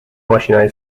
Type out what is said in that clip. ماشینهای